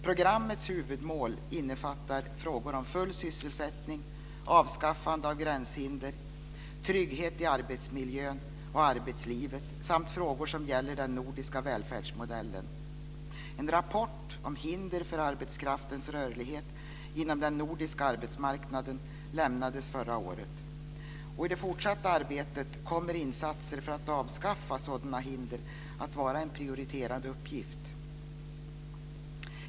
Programmets huvudmål innefattar frågor om full sysselsättning, avskaffande av gränshinder, trygghet i arbetsmiljön och arbetslivet samt frågor som gäller den nordiska välfärdsmodellen. En rapport om hinder för arbetskraftens rörlighet inom den nordiska arbetsmarknaden lämnades förra året, och i det fortsatta arbetet kommer insatser för att avskaffa sådana hinder att vara en prioriterad uppgift.